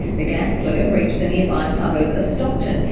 the gas plume reached the nearby suburb of stockton,